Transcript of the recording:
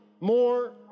more